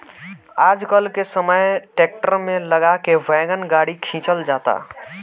आजकल के समय ट्रैक्टर में लगा के वैगन गाड़ी खिंचल जाता